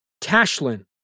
Tashlin